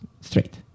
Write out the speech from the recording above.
straight